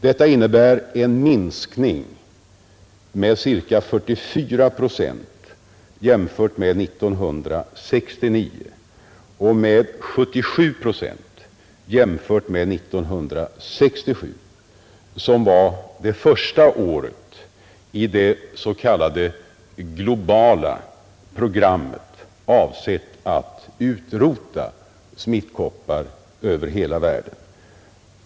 Detta innebär en minskning med cirka 44 procent jämfört med 1969 och med 77 procent jämfört med 1967, som var det första året i det s.k. globala programmet, avsett att utrota smittkoppor över hela världen.